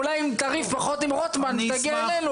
אולי אם תריב פחות עם רוטמן ותגיע אלינו,